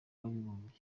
w’abibumbye